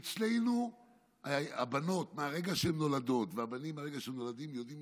אצלנו הבנות מהרגע שהן נולדות והבנים מהרגע שהם נולדים יודעים